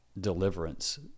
deliverance